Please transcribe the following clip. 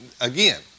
again